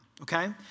Okay